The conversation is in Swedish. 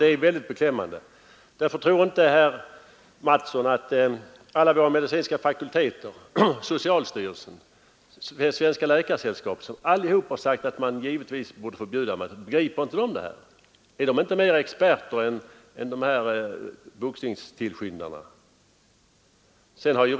Tror inte herr Mattsson i Lane-Herrestad att alla våra medicinska fakulteter, socialstyrelsen och Svenska läkaresällskapet, som allihop har sagt att man givetvis borde förbjuda boxningen, begriper det här? Är de inte mera experter än boxningstillskyndarna?